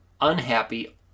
unhappy